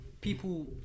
People